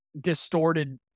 distorted